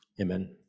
Amen